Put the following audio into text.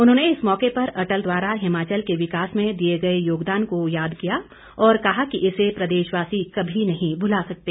उन्होंने इस मौके पर अटल द्वारा हिमाचल के विकास में दिए गए योगदान को याद किया और कहा कि इसे प्रदेशवासी कभी नहीं भुला सकते